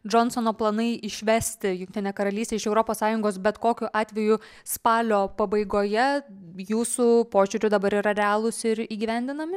džonsono planai išvesti jungtinę karalystę iš europos sąjungos bet kokiu atveju spalio pabaigoje jūsų požiūriu dabar yra realūs ir įgyvendinami